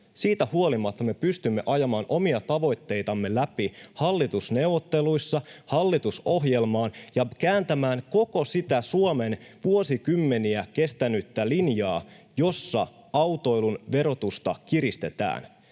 Siitä huolimatta me pystyimme ajamaan omia tavoitteitamme läpi hallitusneuvotteluissa hallitusohjelmaan ja kääntämään koko sitä Suomen vuosikymmeniä kestänyttä linjaa, jossa autoilun verotusta kiristetään.